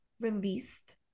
released